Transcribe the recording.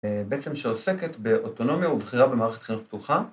בעצם שעוסקת באוטונומיה ובחירה במערכת חינוך פתוחה.